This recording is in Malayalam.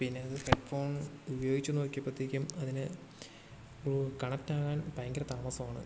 പിന്നെ ഇത് ഹെഡ് ഫോൺ ഉപയോഗിച്ച് നോക്കിയപ്പോഴത്തേക്കും അതിന് ബ്ലൂ കണക്റ്റാകാൻ ഭയങ്കരം താമസം ആണ്